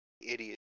idiot